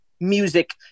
music